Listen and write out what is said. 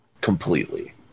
completely